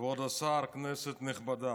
כבוד השר, כנסת נכבדה,